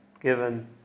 given